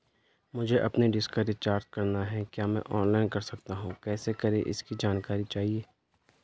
मुझे अपनी डिश का रिचार्ज करना है क्या मैं ऑनलाइन कर सकता हूँ कैसे करें इसकी जानकारी चाहिए?